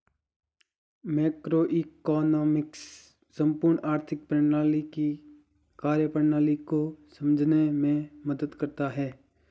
macroeconomics संपूर्ण आर्थिक प्रणाली की कार्यप्रणाली को समझने में मदद करता है